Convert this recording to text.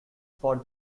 for